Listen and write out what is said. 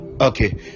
okay